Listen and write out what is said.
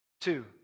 Two